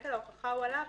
ונטל ההוכחה עליו,